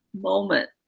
moment